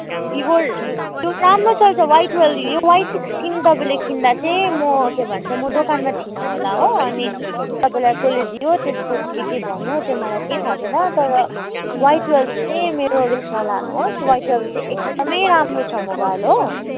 Vivo त्यो राम्रो छ त वाइ ट्वेल्भ यो वाइ सिक्स्टिन तपाईँले किन्दा चाहिँ म के भन्छ म दोकानमा थिइनँ होला हो अनि तपाईँलाई कसले दियो त्यसको के के भन्यो त्यो मलाई केही थाहा छैन तर वाइ ट्वेल्भ चाहिँ मेरो रिस्कमा लानुहोस् वाइ ट्वेल्भ चाहिँ एकदमै राम्रो छ मोबाइल हो